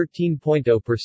13.0%